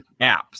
apps